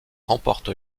remporte